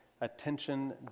attention